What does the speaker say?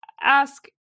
ask